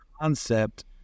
concept